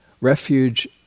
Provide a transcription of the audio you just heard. refuge